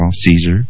Caesar